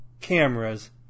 cameras